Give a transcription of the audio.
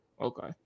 Okay